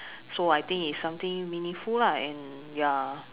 so I think it's something meaningful lah and ya